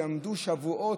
שהיו שבועות,